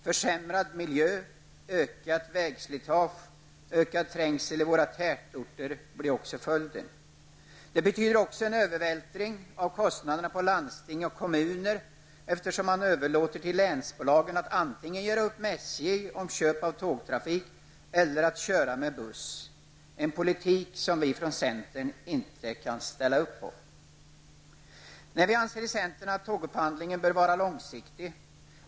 Försämrad miljö, ökat vägslitage och ökad trängsel i våra tätorter blir också följden. Det betyder även en övervältring av kostnader på landsting och kommuner, eftersom man överlåter till länsbolagen att antingen göra upp med SJ om köp av tågtrafik eller köra med buss. Det är en politik som vi från centern inte kan ställa upp på. Nej, vi anser i centern att tågupphandlingen bör vara långsiktig.